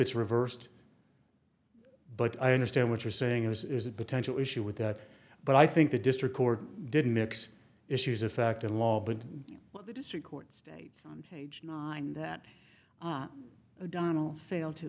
it's reversed but i understand what you're saying this is a potential issue with that but i think the district court didn't mix issues of fact in law but what the district court states on page nine that o'donnell failed to